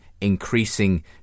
increasing